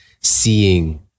seeing